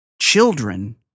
children